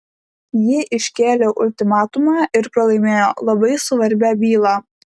ji iškėlė ultimatumą ir pralaimėjo labai svarbią bylą